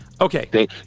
Okay